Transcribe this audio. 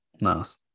Nice